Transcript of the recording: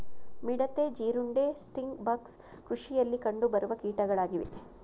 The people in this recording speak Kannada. ಮಿಡತೆ, ಜೀರುಂಡೆ, ಸ್ಟಿಂಗ್ ಬಗ್ಸ್ ಕೃಷಿಯಲ್ಲಿ ಕಂಡುಬರುವ ಕೀಟಗಳಾಗಿವೆ